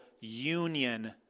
union